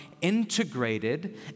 integrated